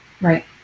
Right